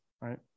right